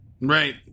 Right